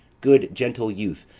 good gentle youth,